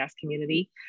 community